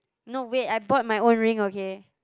no wait I bought my own ring okay